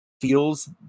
feels